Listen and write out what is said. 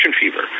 fever